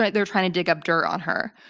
like they were trying to dig up dirt on her.